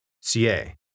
CA